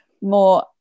More